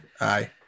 Aye